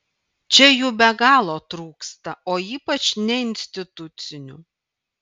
čia jų be galo trūksta o ypač neinstitucinių